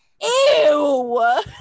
Ew